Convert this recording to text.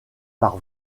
par